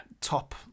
top